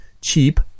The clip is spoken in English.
cheap